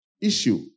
issue